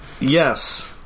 Yes